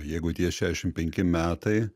jeigu tie šešiasdešimt penki metai